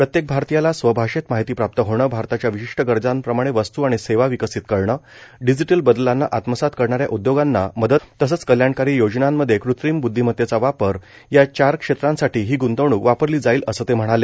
प्रत्येक भारतीयाला स्वभाषेत माहिती प्राप्त होणं भारताच्या विशिष्ट गरजांप्रमाणे वस्तू आणि सेवा विकसित करणं डिजिटल बदलांना आत्मसात करणा या उद्योगांना मदत तसंच कल्याणकारी योजनांमधे कृत्रिम ब्द्धीमतेचा वापर या चार क्षेत्रांसाठी ही ग्ंतवणूक वापरली जाईल असं ते म्हणाले